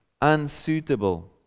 unsuitable